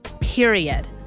period